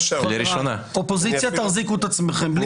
אופוזיציה, תחזיקו את עצמכם.